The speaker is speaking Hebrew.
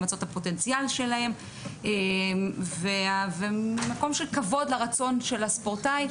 למצות את הפוטנציאל שלהם ומקום של כבוד לרצון של הספורטאי.